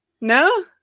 No